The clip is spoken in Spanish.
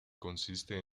consiste